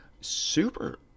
super